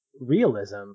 realism